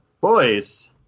Boys